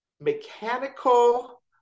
mechanical